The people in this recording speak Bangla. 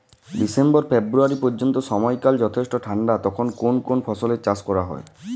ডিসেম্বর ফেব্রুয়ারি পর্যন্ত সময়কাল যথেষ্ট ঠান্ডা তখন কোন কোন ফসলের চাষ করা হয়?